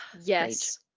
yes